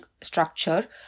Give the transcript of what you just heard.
structure